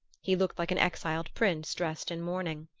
he looked like an exiled prince dressed in mourning.